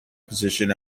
position